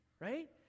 right